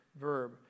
verb